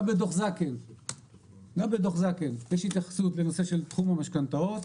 גם בדו"ח זקל יש התייחסות לנושא של תחום המשכנתאות,